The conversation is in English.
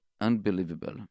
Unbelievable